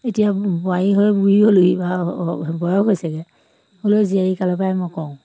এতিয়া বোৱাৰী হৈ বুঢ়ী হ'লোহি বাৰু বয়স হৈছেগৈ হ'লেও জীয়াৰী কালৰ পৰাই মই কৰোঁ